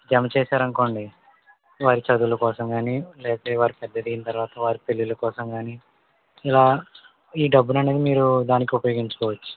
జమ చేశారనుకోండి వారి చదువుల కోసం కాని లేతే వారు పెద్దెదిగిన తర్వాత వారి పెళ్ళిళ్ళ కోసం కాని ఇలా ఈ డబ్బుననేది మీరు దానికి ఉపయోగించుకోవచ్చు